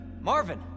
Marvin